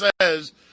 says